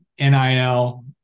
NIL